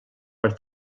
per